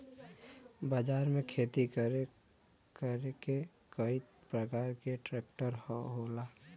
बाजार में खेती करे के कई परकार के ट्रेक्टर होला